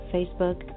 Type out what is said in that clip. Facebook